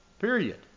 Period